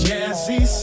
Jazzy